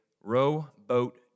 rowboat